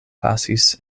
pasis